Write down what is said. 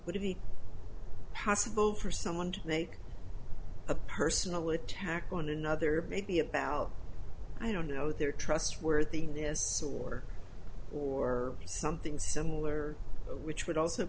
would it be possible for someone to make a personal attack on another maybe about i don't know their trustworthiness order or something similar which would also